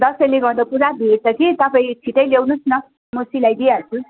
दसैँले गर्दा पुरा भिड छ कि तपाईँ छिटै ल्याउनु होस् न म सिलाइदिहाल्छु